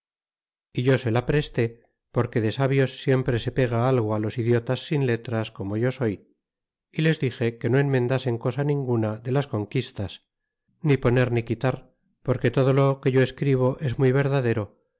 é yo se la presté porque de sabios siempre se pega algo los idiotas sin letras como yo soy y les dixe que no enmendasen cosa ninguna de las conquistas ni poner ni quitar porque todo lo que yo escribo es muy verdadero